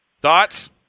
Thoughts